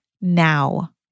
now